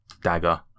dagger